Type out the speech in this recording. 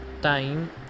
time